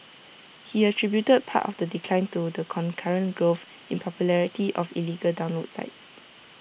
he attributed part of the decline to the concurrent growth in popularity of illegal download sites